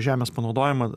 žemės panaudojimą